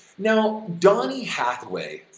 now, donny hathaway,